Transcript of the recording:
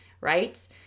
right